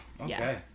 Okay